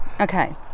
Okay